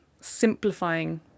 simplifying